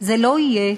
זה לא יהיה